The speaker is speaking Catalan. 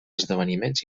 esdeveniments